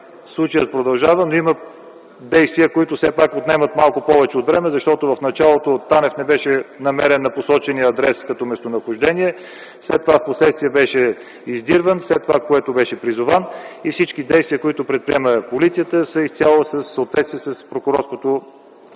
той продължава, но има действия, които все пак отнемат малко повече време, защото в началото Танев не беше намерен на посочения адрес като местонахождение, след това в последствие беше издирван, после беше призован и всички действия, които предприема полицията са изцяло в съответствие с прокурорското